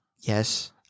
Yes